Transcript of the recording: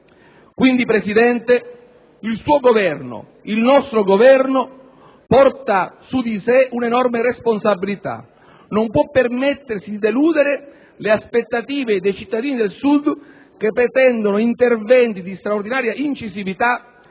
Quindi, Presidente, il suo, il nostro Governo porta su di sé un'enorme responsabilità: non può permettersi di deludere le aspettative dei cittadini del Sud, che pretendono interventi di straordinaria incisività